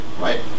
right